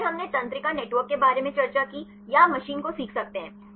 और फिर हमने तंत्रिका नेटवर्क के बारे में चर्चा की या आप मशीन को सीख सकते हैं